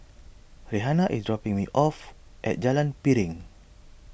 Rhianna is dropping me off at Jalan Piring